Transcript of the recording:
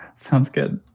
sounds good.